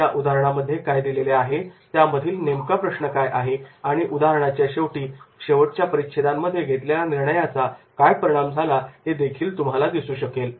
या उदाहरणामध्ये काय दिलेले आहे त्यामधील नेमका प्रश्न काय आहे आणि उदाहरणाच्या शेवटच्या परिच्छेदांमध्ये घेतलेल्या निर्णयाचा काय परिणाम झाला हे देखील तुम्हाला दिसू शकेल